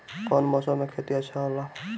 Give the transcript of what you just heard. कौन मौसम मे खेती अच्छा होला?